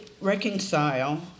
reconcile